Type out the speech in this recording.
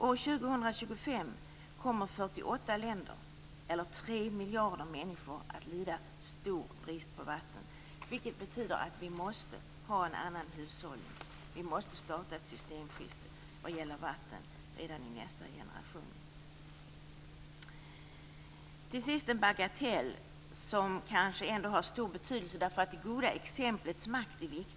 År 2025 kommer 48 länder, eller tre miljarder människor, att lida stor brist på vatten, vilket betyder att vi måste ha en annan hushållning. Vi måste starta ett systemskifte vad gäller vatten redan i nästa generation. Till sist vill jag ta upp en bagatell som kanske ändå har stor betydelse därför att det goda exemplets makt är viktig.